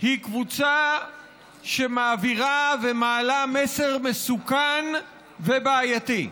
היא קבוצה שמעבירה ומעלה מסר מסוכן ובעייתי.